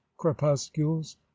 crepuscules